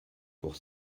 pour